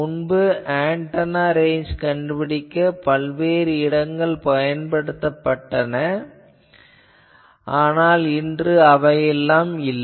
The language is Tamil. முன்பு ஆன்டெனா ரேஞ்ச் கண்டுபிடிக்க பல்வேறு இடங்கள் உபயோகப்படுத்தப்பட்டன ஆனால் இன்று அவையெல்லாம் இல்லை